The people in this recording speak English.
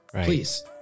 please